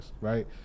right